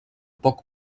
poc